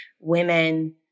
Women